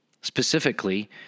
Specifically